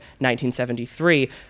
1973